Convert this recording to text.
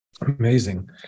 Amazing